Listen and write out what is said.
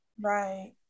Right